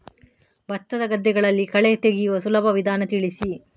ಭತ್ತದ ಗದ್ದೆಗಳಲ್ಲಿ ಕಳೆ ತೆಗೆಯುವ ಸುಲಭ ವಿಧಾನ ತಿಳಿಸಿ?